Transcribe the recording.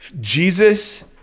Jesus